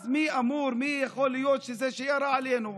אז מי אמור, מי זה יכול להיות, זה שירה עלינו.